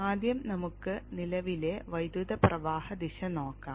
ആദ്യം നമുക്ക് നിലവിലെ വൈദ്യുത പ്രവാഹ ദിശ നോക്കാം